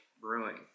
brewing